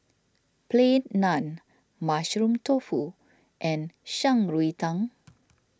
Plain Naan Mushroom Tofu and Shan Rui Tang